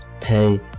pay